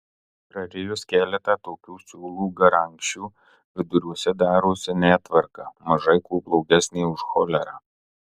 prarijus keletą tokių siūlų garankščių viduriuose darosi netvarka mažai kuo blogesnė už cholerą